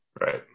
Right